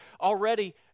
already